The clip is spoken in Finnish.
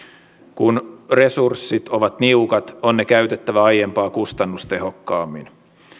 kun resurssit ovat niukat on ne käytettävä aiempaa kustannustehokkaammin